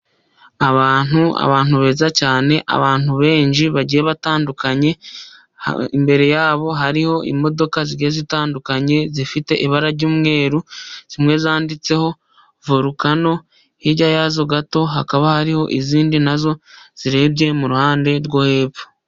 Abantu, abantu beza cyane, abantu benshi bagiye batandukanye, imbere yabo hariho imodoka zigiye zitandukanye zifite ibara ry'umweru. Zimwe zanditseho volukano, ikorwa hirya yazo gato hakaba hariho izindi nazo zirebye mu ruhande rwo hepfo.